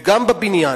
וגם בבניין,